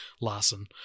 Larson